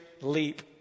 leap